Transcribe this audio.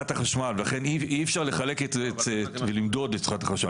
לכן אי אפשר לחלק את זה ולמדוד את צריכת החשמל,